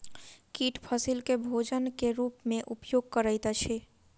कीट फसील के भोजन के रूप में उपयोग करैत अछि